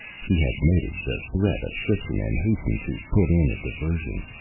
she had noted the threat of friction and hastened to put in a diversion.